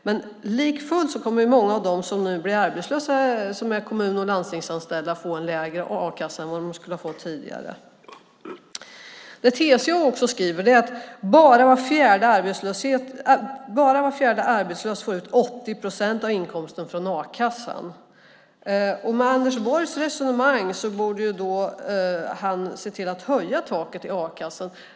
Men likafullt kommer många av dem som nu blir arbetslösa som är kommun och landstingsanställda att få en lägre a-kassa än vad de skulle ha fått tidigare. TCO skriver också att bara var fjärde arbetslös får ut 80 procent av inkomsten från a-kassan. Med Anders Borgs resonemang borde han då se till att höja taket i a-kassan.